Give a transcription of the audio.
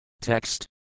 Text